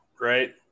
Right